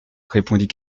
répondit